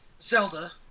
Zelda